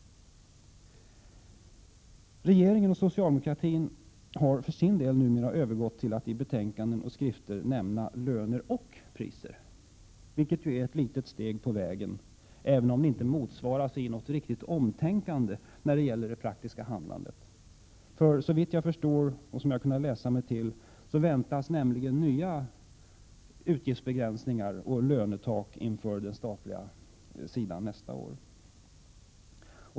Regeringen och socialdemokratin har för sin del numera övergått till att i skrifter och betänkanden nämna löner och priser, vilket ju är ett litet steg på vägen, även om det inte motsvaras av något omtänkande i det praktiska handlandet. Såvitt jag förstår och kan läsa mig till väntas nämligen nya utgiftsbegränsningar och lönetak på den statliga sidan nästa år.